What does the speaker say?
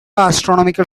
astronomical